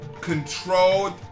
controlled